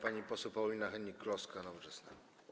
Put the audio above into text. Pani poseł Paulina Hennig-Kloska, Nowoczesna.